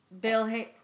Bill